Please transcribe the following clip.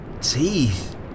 Teeth